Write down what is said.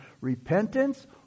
repentance